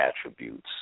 attributes